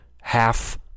half